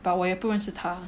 but 我也不认识她